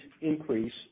increase